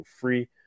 free